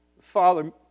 Father